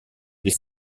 des